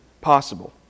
possible